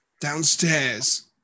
downstairs